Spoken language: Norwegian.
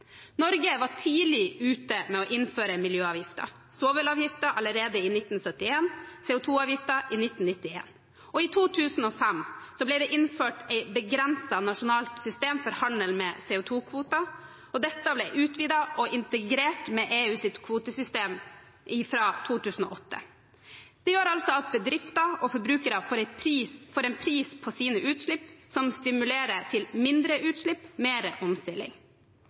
Norge var tidlig ute med å innføre miljøavgifter. Svovelavgiften ble innført allerede i 1971, CO2-avgiften i 1991. I 2005 ble det innført et begrenset nasjonalt system for handel med CO2-kvoter, og dette ble utvidet og integrert med EUs kvotesystem fra 2008. Det gjør altså at bedrifter og forbrukere får en pris på sine utslipp, noe som stimulerer til mindre utslipp og mer omstilling.